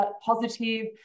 positive